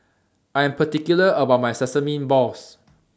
I Am particular about My Sesame Balls